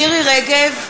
מירי רגב,